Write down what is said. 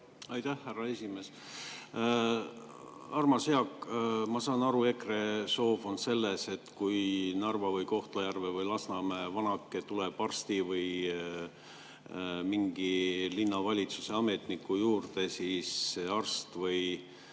Aitäh, härra esimees! Armas Jaak! Ma saan aru, EKRE soov on see, et kui Narva või Kohtla-Järve või Lasnamäe vanake tuleb arsti või mingi linnavalitsuse ametniku juurde, siis arst või